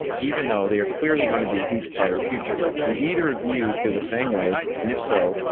even though they are clearly going to be a huge part of the future. do either of you feel the same way and if so,